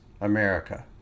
America